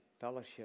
fellowship